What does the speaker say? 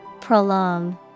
Prolong